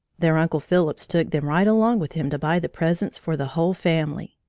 their uncle phillips took them right along with him to buy the presents for the whole family.